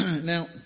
Now